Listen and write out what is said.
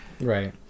Right